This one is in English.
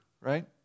right